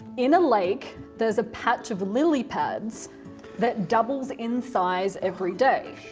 in a lake, there's a patch of lily pads that doubles in size every day.